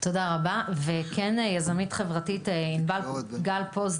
הדבר השני